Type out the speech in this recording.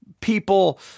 people